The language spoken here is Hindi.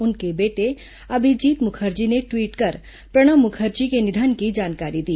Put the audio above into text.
उनके बेटे अभिजीत मुखर्जी ने ट्वीट कर प्रणब मुखर्जी के निधन की जानकारी दी